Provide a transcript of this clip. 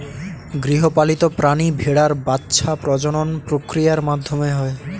গৃহপালিত প্রাণী ভেড়ার বাচ্ছা প্রজনন প্রক্রিয়ার মাধ্যমে হয়